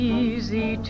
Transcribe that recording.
easy